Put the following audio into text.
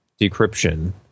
decryption